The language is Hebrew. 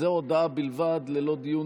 לענייני